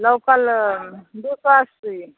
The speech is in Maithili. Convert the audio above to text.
लोकल दू सए अस्सी